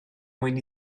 mwyn